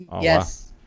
yes